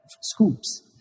scoops